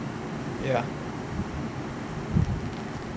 ya